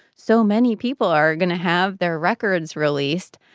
so many people are going to have their records released.